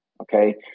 Okay